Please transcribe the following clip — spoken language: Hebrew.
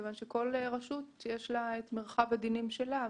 מכיוון שלכל רשות יש את מרחב הדינים שלה,